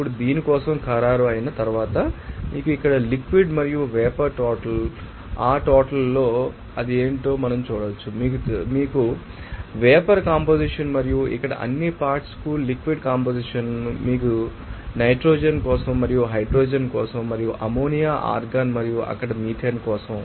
ఇప్పుడు దీని కోసం ఖరారు అయిన తర్వాత మీకు ఇక్కడ లిక్విడ్ మరియు వేపర్ టోటల్ తెలుసు ఈ టోటల్ లో అది ఏమిటో మనం చూడవచ్చు మీకు తెలుసా వేపర్ కంపొజిషన్ మరియు ఇక్కడ అన్ని పార్ట్శ్ కు లిక్విడ్ కంపొజిషన్ మీకు తెలుసు నైట్రోజన్ కోసం మరియు హైడ్రోజన్ కోసం మరియు అమ్మోనియా ఆర్గాన్ మరియు అక్కడ మీథేన్ కోసం